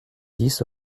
dix